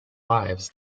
lives